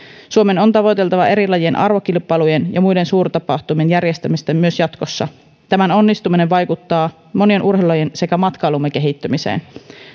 suomen on tavoiteltava eri lajien arvokilpailujen ja muiden suurtapahtumien järjestämistä myös jatkossa tämän onnistuminen vaikuttaa monien urheilulajien sekä matkailumme kehittymiseen